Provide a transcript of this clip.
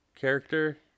character